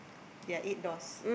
there are eight doors